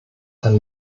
ein